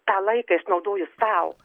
tą laikas išnaudoju sau